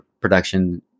production